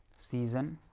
season.